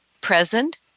present